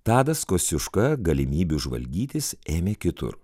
tadas kosciuška galimybių žvalgytis ėmė kitur